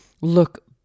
look